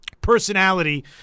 Personality